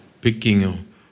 picking